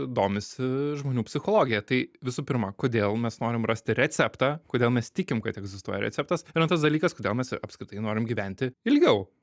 domisi žmonių psichologija tai visų pirma kodėl mes norim rasti receptą kodėl mes tikim kad egzistuoja receptas ir antras dalykas kodėl mes apskritai norim gyventi ilgiau